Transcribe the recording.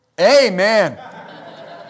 Amen